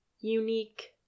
unique